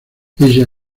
ella